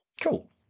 Cool